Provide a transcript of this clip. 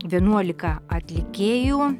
vienuolika atlikėjų